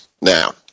Now